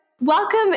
Welcome